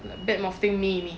bad mouthing me me